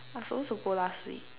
I supposed to go last week